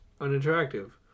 unattractive